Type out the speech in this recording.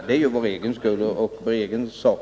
Det är vår egen sak.